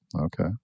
Okay